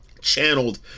Channeled